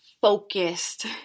focused